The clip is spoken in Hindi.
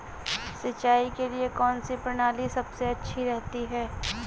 सिंचाई के लिए कौनसी प्रणाली सबसे अच्छी रहती है?